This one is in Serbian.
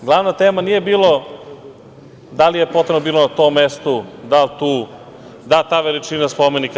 Glavna tema nije bilo da li je potrebno bilo na tom mestu, da li tu, da li ta veličina spomenika.